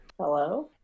Hello